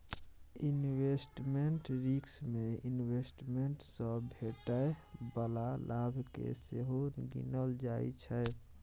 investment risk मे investment सँ भेटै बला लाभ केँ सेहो गिनल जाइ छै